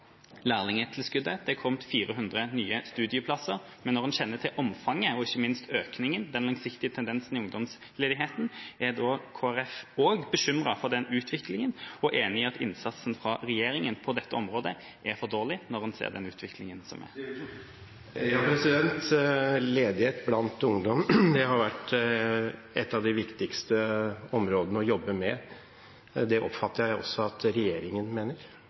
lærlingtilskuddet. Det er kommet 400 nye studieplasser. Men når en kjenner til omfanget og ikke minst økningen, den langsiktige tendensen i ungdomsledigheten, er også Kristelig Folkeparti bekymret for den utviklinga og enig i at innsatsen fra regjeringa på dette området er for dårlig? Ledighet blant ungdom har vært et av de viktigste områdene å jobbe med. Det oppfatter jeg også at regjeringen mener.